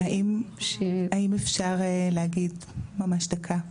האם אפשר להגיד ממש דקה?